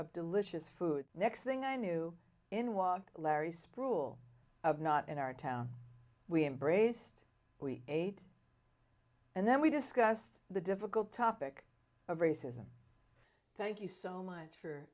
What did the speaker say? pork delicious food next thing i knew in walked larry sproule of not in our town we embraced we ate and then we discussed the difficult topic of racism thank you so much for